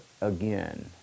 again